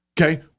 okay